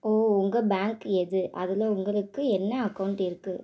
ஓ உங்கள் பேங்க் எது அதில் உங்களுக்கு என்ன அக்கௌண்ட் இருக்குது